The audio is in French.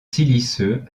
siliceux